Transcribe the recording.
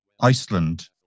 Iceland